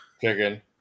Chicken